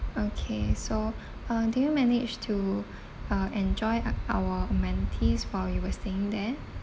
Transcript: okay so uh do you manage to uh enjoy a~ our amenities while you were staying there